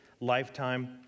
lifetime